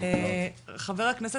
בבקשה חבר הכנסת